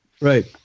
right